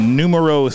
numero